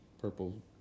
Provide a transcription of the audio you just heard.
Purple